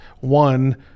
one